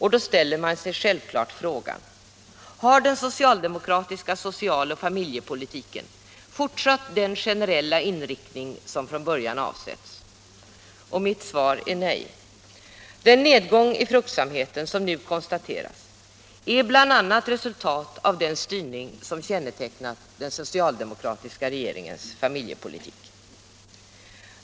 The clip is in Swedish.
Då ställer man sig självfallet frågan: Har den socialdemokratiska social och familjepolitiken fortsatt den generella inriktning som från början avsågs? Mitt svar är nej. Den nedgång i fruktsamheten som nu konstateras är bl.a. resultat av den styrning som kännetecknat den socialdemokratiska regeringens familjepolitik.